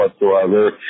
whatsoever